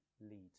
lead